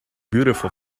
beautiful